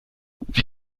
wie